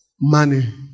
money